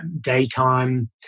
daytime